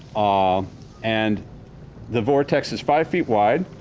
ah and the vortex is five feet wide.